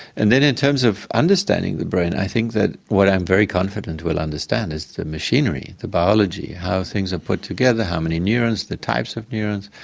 and then in terms of understanding the brain, i think that what i'm very confident we will understand is the machinery, the biology, how things are put together, how many neurons, the types of neurons,